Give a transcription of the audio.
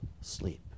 sleep